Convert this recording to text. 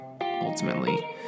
ultimately